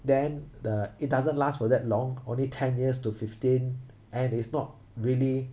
then the it doesn't last for that long only ten years to fifteen and it's not really